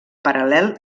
paral·lel